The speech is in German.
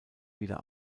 wieder